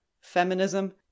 Feminism